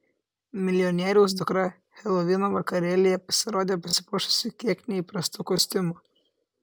milijonieriaus dukra helovino vakarėlyje pasirodė pasipuošusi kiek neįprastu kostiumu